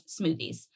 smoothies